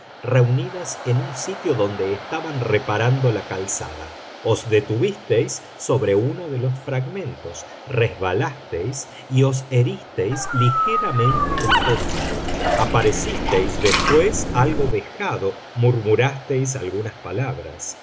reunidas en un sitio donde estaban reparando la calzada os detuvisteis sobre uno de los fragmentos resbalasteis y os heristeis ligeramente el tobillo aparecisteis después algo vejado murmurasteis algunas palabras